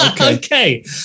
Okay